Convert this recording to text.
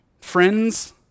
friends